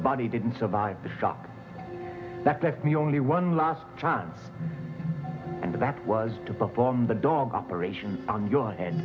body didn't survive the stock that there be only one last chance and that was to perform the dog operation on your head and